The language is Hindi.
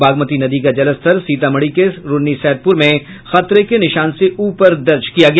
बागमती नदी का जलस्तर सीतामढ़ी के रून्नीसैदपुर में खतरे के निशान से ऊपर दर्ज किया गया